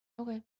Okay